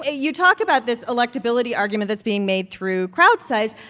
ah you talk about this electability argument that's being made through crowd size.